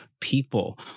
people